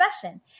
session